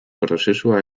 prozesua